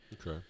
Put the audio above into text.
okay